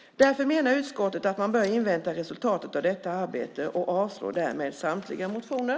Därför menar utskottet att man bör invänta resultatet av detta arbete och avstyrker därmed samtliga motioner.